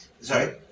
Sorry